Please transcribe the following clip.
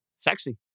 Sexy